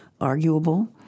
arguable